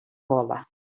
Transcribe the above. wolle